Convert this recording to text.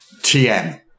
TM